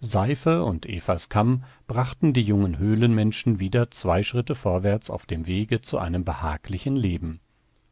seife und evas kamm brachten die jungen höhlenmenschen wieder zwei schritte vorwärts auf dem wege zu einem behaglichen leben